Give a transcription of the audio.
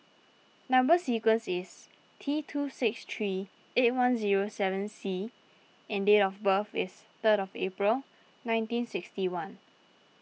Number Sequence is T two six three eight one zero seven C and date of birth is third of April nineteen sixty one